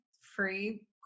free